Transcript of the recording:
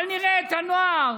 אבל נראה את הנוער